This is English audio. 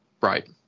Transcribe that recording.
Right